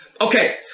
Okay